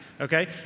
okay